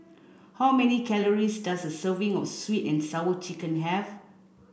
how many calories does a serving of sweet and sour chicken have